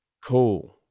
Cool